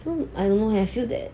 so I don't know leh I feel that